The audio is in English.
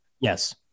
yes